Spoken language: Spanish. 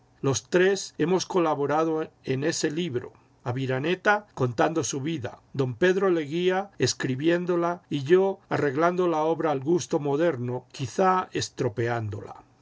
los tres hemos colaborado en este libro aviraneta contando su vida don pedro leguía escribiéndola y yo arreglando la obra al gusto moderno quizá estropeándola